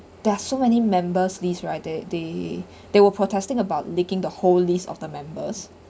there are so many members list right they they they were protesting about leaking the whole list of the members